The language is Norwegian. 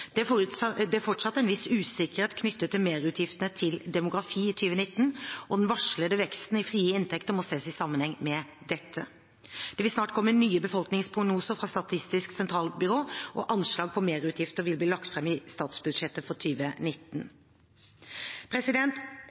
enn tidligere anslått. Det er fortsatt en viss usikkerhet knyttet til merutgiftene til demografi i 2019, og den varslede veksten i frie inntekter må ses i sammenheng med dette. Det vil snart komme nye befolkningsprognoser fra Statistisk sentralbyrå, og anslag på merutgifter vil bli lagt fram i statsbudsjettet for